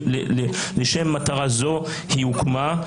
לשם מטרה זו היא הוקמה.